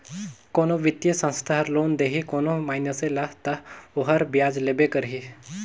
कोनो बित्तीय संस्था हर लोन देही कोनो मइनसे ल ता ओहर बियाज लेबे करही